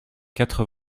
quatre